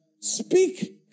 Speak